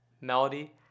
Melody